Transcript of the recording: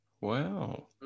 Wow